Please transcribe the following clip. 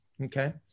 Okay